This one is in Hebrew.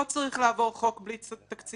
לא צריך לעבור חוק חוק בלי תקציב,